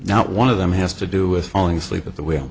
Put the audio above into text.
not one of them has to do with falling asleep at the wheel